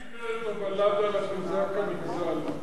מתי נגמרת הבלדה על הקוזק הנגזל?